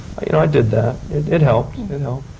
you know i did that. it. it helped. it helped,